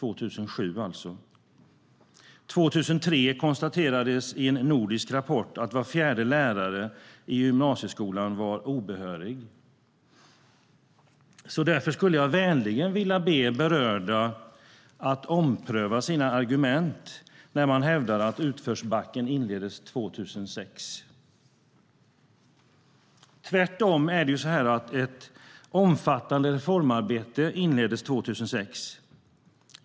År 2003 konstaterades i en nordisk rapport att var fjärde lärare i gymnasieskolan var obehörig. Därför skulle jag vänligen vilja be berörda att ompröva sina argument när man hävdar att utförsbacken inleddes 2006. Tvärtom inleddes ett omfattande reformarbete 2006.